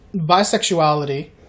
bisexuality